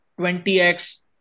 20X